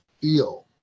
feel